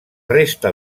resta